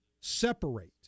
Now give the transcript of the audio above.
separate